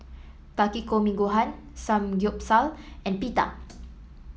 Takikomi Gohan Samgyeopsal and Pita